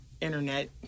internet